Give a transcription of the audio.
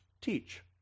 teach